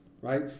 Right